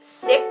six